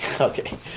Okay